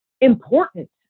important